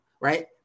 right